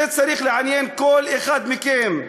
זה צריך לעניין כל אחד מכם.